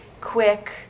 quick